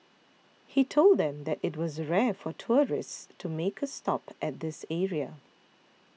he told them that it was rare for tourists to make a stop at this area